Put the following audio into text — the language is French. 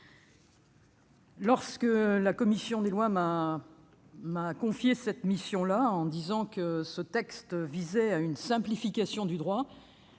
lorsque la commission des lois m'a confié cette mission en précisant qu'il s'agissait d'une simplification du droit,